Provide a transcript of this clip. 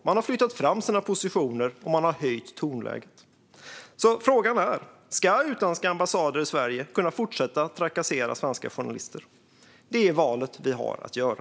Man har flyttat fram sina positioner, och man har höjt tonläget. Frågan är alltså: Ska utländska ambassader i Sverige kunna fortsätta att trakassera svenska journalister? Det är valet vi har att göra.